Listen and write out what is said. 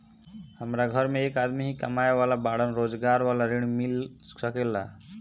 हमरा घर में एक आदमी ही कमाए वाला बाड़न रोजगार वाला ऋण मिल सके ला?